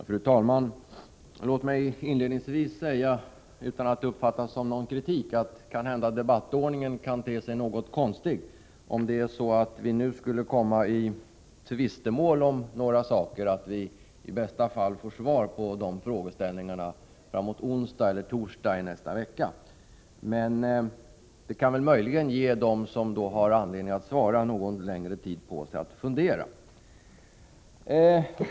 Fru talman! Låt mig inledningsvis säga, utan att det behöver uppfattas som någon kritik, att debattordningen kan te sig något konstig. Kommer vi i tvistemål om några saker kan vi i bästa fall få svar på onsdag eller torsdag nästkommande vecka. Det kan möjligen ge dem som skall svara något längre tid på sig att fundera.